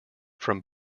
from